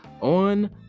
on